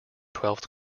twelfth